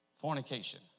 Fornication